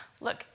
Look